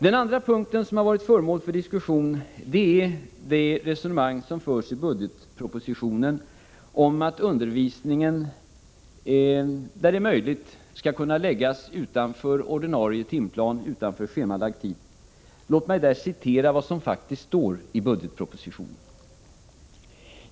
Den andra punkt som har varit föremål för diskussion är det resonemang som förs i budgetpropositionen om att undervisningen, där det är möjligt, skall kunna läggas utanför schemalagd tid. Låt mig där citera vad som faktiskt står i budgetpropositionen.